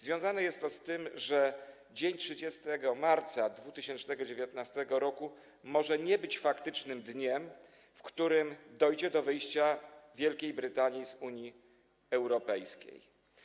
Związane jest to z tym, że dzień 30 marca 2019 r. może nie być faktycznym dniem, w którym dojdzie do wyjścia Wielkiej Brytanii z Unii Europejskiej.